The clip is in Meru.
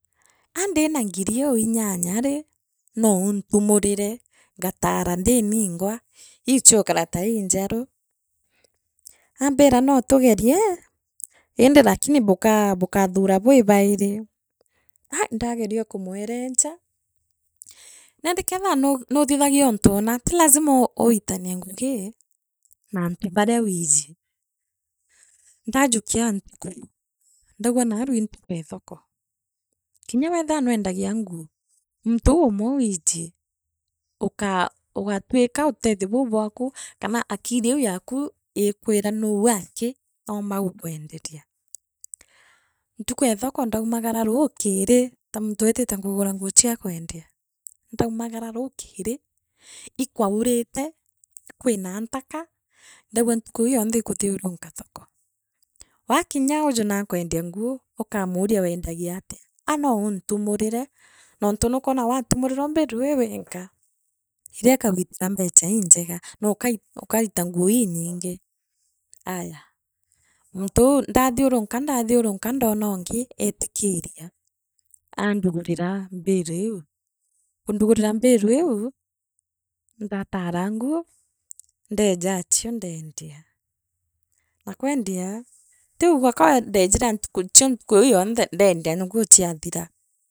Andina ngiri uu inyanya rii, noo untumurire ngatara ndi ningwa iu chiukara ta injeru. Aambira noo tugeerie indi lakini buka bukathura bwi bairi, aah ndageria kumwerencha. Nandi keethira nuu nuuthithagia untu una ti lazima uu uitanie ngugii na antu baria wiiji. Ndaajukia ntuku ndauga naarua ii ntuku ee thoko, kinya weethiwa nweendagia nguu muntu uu umwe wiiji. ugaa ukatwika utethio buu bwaku kana akili iu yaka iikwira nuu aki omba gukwenderia. Ntuku ee thoko ndaumagara ruukiri tamikwaurite kwira ntaka ndauga ntuku iu yonthe ii kuthiurunka thoko, waakirya uuju naakwendia nguu, ukaamuuria wendagia atia aa noo untumurire nontu nukwona watumurirwa mbiru rii wii wenka. Irio ikagwitira mbecha injeega no ukai ukaita nguu inyingi, ayaa, muntu uu ndathiurutika ndathiurutika ndona uungi eetikiria, aandugurira mbiru iu. Kundugarira mbiru iu, ndatara nguu ndeeja achio ndeenda na kweendia tii uuga kawa ndeejire nachio ntuku iu yonthe ndendia nguu chiathira.